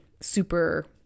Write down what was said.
super